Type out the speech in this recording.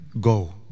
go